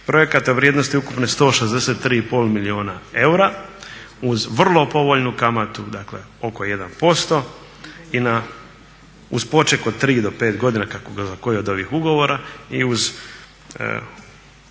projekata vrijednosti ukupne 163,5 milijuna eura uz vrlo povoljnu kamatu, dakle oko 1% i na, uz poček od 3, do 5 godina, kako za koji od ovih ugovora. I uz